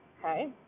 okay